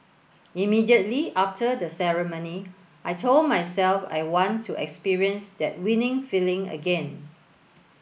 immediately after the ceremony I told myself I want to experience that winning feeling again